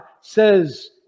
says